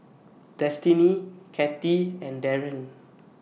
Destiney Cathy and Darryn